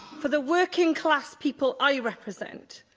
for the working class people i represent,